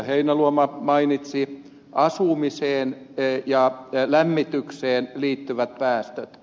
heinäluoma mainitsi asumiseen ja lämmitykseen liittyvät päästöt